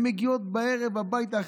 הן מגיעות בערב הביתה,